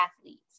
athletes